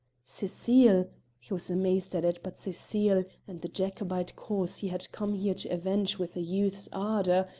cecile he was amazed at it, but cecile, and the jacobite cause he had come here to avenge with a youth's ardour,